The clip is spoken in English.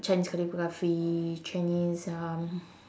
chinese calligraphy chinese um